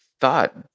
thought